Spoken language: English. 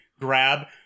grab